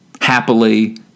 Happily